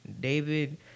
David